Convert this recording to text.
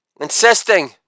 Insisting